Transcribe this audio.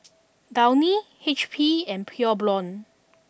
Downy H P and Pure Blonde